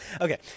Okay